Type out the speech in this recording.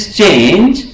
change